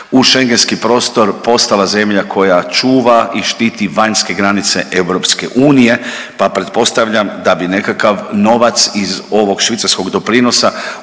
schengentski prostor postala zemlja koja čuva i štiti vanjske granice EU, pa pretpostavljam da bi nekakav novac iz ovog švicarskog doprinosa uložen